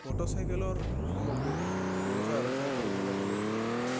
মটৰচাইকেলৰ সামগ্ৰীৰ ব্যৱসায় আৰম্ভ কৰিবলৈ হ'লে